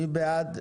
מי בעד?